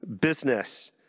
business